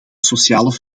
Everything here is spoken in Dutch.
sociale